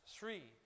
Three